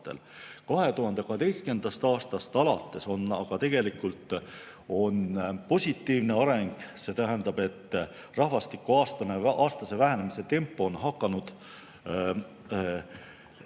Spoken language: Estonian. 2012. aastast alates on aga tegelikult olnud positiivne areng, see tähendab, et rahvastiku aastase vähenemise tempo on aeglustunud